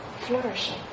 flourishing